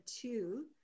two